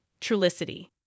Trulicity